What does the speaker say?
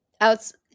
Outside